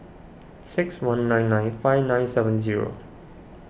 six one nine nine five nine seven zero